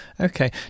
Okay